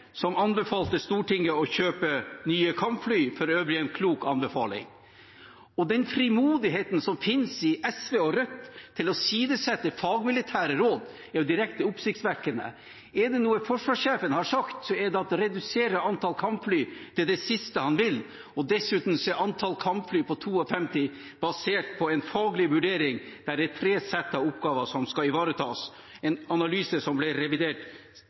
som anbefalte Stortinget å kjøpe nye kampfly, for øvrig en klok anbefaling. Den frimodigheten som finnes i SV og Rødt til å tilsidesette fagmilitære råd, er direkte oppsiktsvekkende. Er det noe forsvarssjefen har sagt, er det at å redusere antall kampfly er det siste han vil. Dessuten er antall kampfly på 52 basert på en faglig vurdering der det er tre sett av oppgaver som skal ivaretas, en analyse som ble revidert